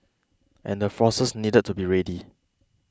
and the forces need to be ready